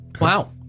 Wow